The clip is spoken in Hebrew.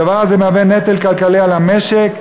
הדבר הזה מהווה נטל כלכלי על המשק,